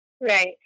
Right